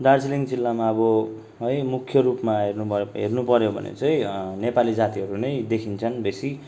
दार्जिलिङ जिल्लामा अब है मुख्य रूपमा हेर्नु भयो हेर्नु पर्यो भने चाहिँ नेपाली जातिहरू नै देखिन्छन् बेसी